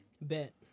Bet